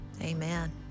amen